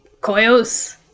Koyos